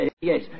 yes